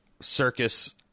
circus